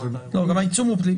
לא, גם העיצום הוא פלילי.